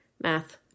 math